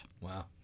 Wow